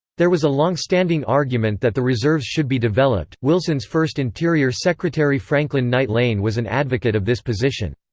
there was a longstanding argument that the reserves should be developed wilson's first interior secretary franklin knight lane was an advocate of this position.